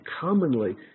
commonly